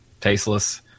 tasteless